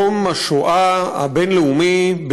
יום השואה הבין-לאומי,